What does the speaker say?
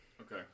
Okay